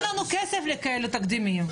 אין פה, תראה, אין לנו כסף לכאלו תקדימים במדינה.